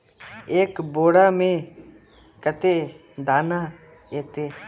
एक बोड़ा में कते दाना ऐते?